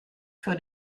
für